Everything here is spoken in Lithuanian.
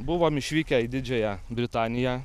buvom išvykę į didžiąją britaniją